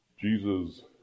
Jesus